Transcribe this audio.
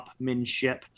upmanship